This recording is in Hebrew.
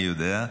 אני יודע.